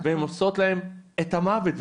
והן עושות להם את המוות.